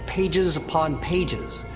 pages upon pages.